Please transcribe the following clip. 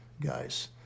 guys